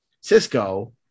Cisco